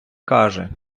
каже